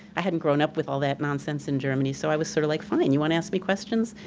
i hadn't grown up with all that nonsense in germany so i was sort of like, fine you wanna ask me questions?